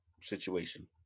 situation